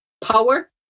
power